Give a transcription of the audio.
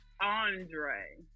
Andre